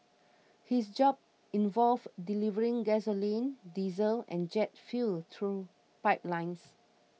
his job involved delivering gasoline diesel and jet fuel through pipelines